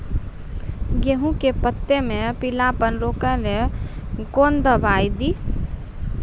गेहूँ के पत्तों मे पीलापन रोकने के कौन दवाई दी?